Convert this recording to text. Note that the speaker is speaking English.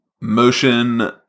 Motion